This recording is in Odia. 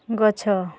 ଗଛ